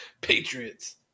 Patriots